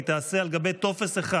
והיא תיעשה על גבי טופס אחד.